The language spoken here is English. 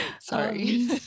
Sorry